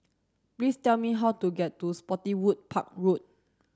please tell me how to get to Spottiswoode Park Road